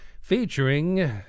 featuring